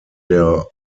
der